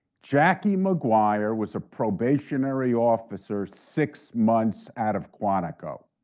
jackie maguire was a probationary officer, six months out of quantico.